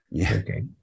Okay